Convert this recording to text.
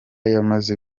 yamaze